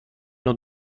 نوع